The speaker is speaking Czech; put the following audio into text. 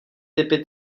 typy